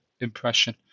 impression